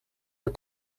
een